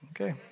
Okay